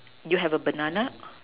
you have a banana